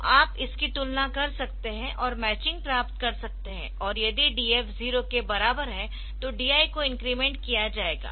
तो आप इसकी तुलना कर सकते है और मैचिंग प्राप्त कर सकते है और यदि DF 0 के बराबर है तो DI को इंक्रीमेंट किया जाएगा